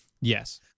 Yes